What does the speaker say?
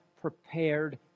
prepared